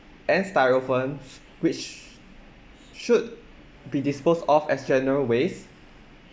and styrofoams which should be disposed of as general waste